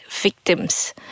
victims